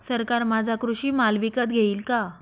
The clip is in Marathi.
सरकार माझा कृषी माल विकत घेईल का?